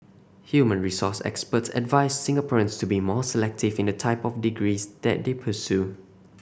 human resource experts advised Singaporeans to be more selective in the type of degrees that they pursue